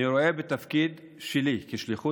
אני רואה בתפקיד שלי שליחות,